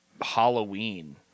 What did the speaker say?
Halloween